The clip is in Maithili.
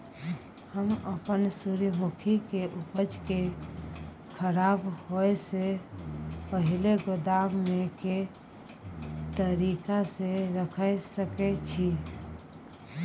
हम अपन सूर्यमुखी के उपज के खराब होयसे पहिले गोदाम में के तरीका से रयख सके छी?